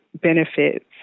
benefits